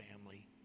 family